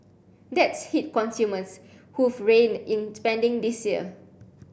that's hit consumers who've reined in spending this year